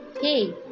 hey